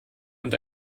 und